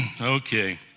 Okay